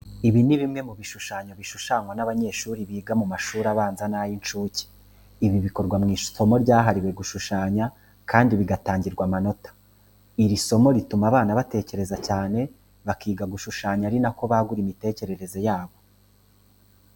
Ibi ni bimwe mu bishushanye bishushanywa n'abanyeshuri biga mu mashuri abanza n'ay'incuke. Ibi bikorwa mu isomo ryahariwe gushushanya kandi bigatangirwa amanota. Iri somo rituma abana batekereza cyane, bakiga gishushanya ari na ko bagura imitekerereze yabo.